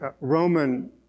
Roman